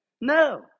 No